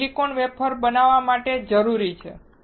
તે silicon wafer બનાવવા માટે જરૂરી છે